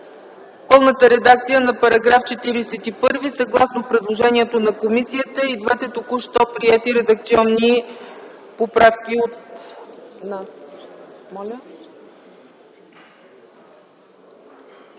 пълната редакция на § 41, съгласно предложението на комисията и двете току-що приети редакционни поправки от нас. Но